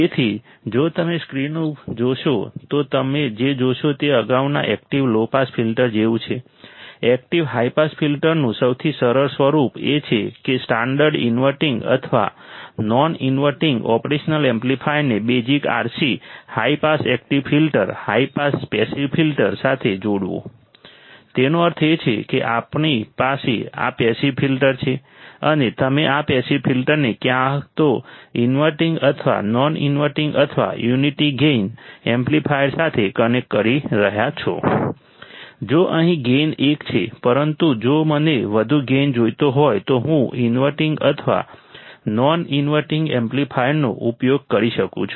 તેથી જો તમે સ્ક્રીન જોશો તો તમે જે જોશો તે અગાઉના એકટીવ લો પાસ ફિલ્ટર જેવું છે એકટીવ હાઇ પાસ ફિલ્ટરનું સૌથી સરળ સ્વરૂપ એ છે કે સ્ટાન્ડર્ડ ઇન્વર્ટિંગ અથવા નોન ઇન્વર્ટિંગ ઓપરેશનલ એમ્પ્લિફાયરને basic RC high pass active filter high pass passive filter સાથે જોડવું તેનો અર્થ એ છે કે અમારી પાસે આ પેસિવ ફિલ્ટર છે અને તમે આ પેસિવ ફિલ્ટરને ક્યાં તો ઇનવર્ટિંગ અથવા નોન ઇન્વર્ટિંગ અથવા યુનિટી ગેઇન એમ્પ્લીફાયર સાથે કનેક્ટ કરી રહ્યાં છો જો અહીં ગેઇન એક છે પરંતુ જો મને વધુ ગેઈન જોઈતો હોય તો હું ઇનવર્ટિંગ અથવા નોન ઇન્વર્ટિંગ એમ્પ્લીફાયરનો ઉપયોગ કરી શકું છું